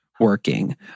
Working